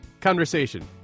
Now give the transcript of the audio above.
conversation